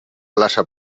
plaça